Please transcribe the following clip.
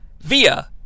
Via